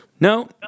No